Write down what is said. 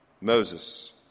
Moses